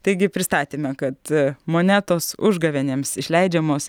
taigi pristatėme kad monetos užgavėnėms išleidžiamos